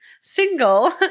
single